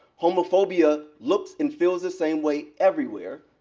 homophobia looks and feels the same way everywhere.